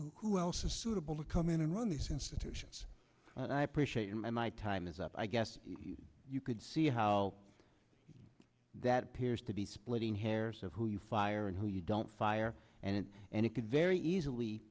who else is suitable to come in i run these institutions and i appreciate my my time is up i guess you could see how that peers to be splitting hairs of who you fire and who you don't fire and it and it could very easily